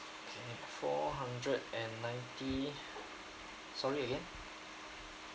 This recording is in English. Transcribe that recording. okay four hundred and ninety sorry again